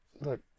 look